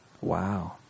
Wow